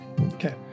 Okay